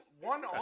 one